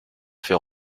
fait